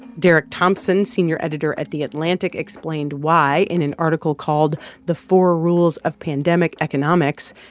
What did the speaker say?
derek thompson, senior editor at the atlantic, explained why in an article called the four rules of pandemic economics.